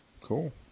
Cool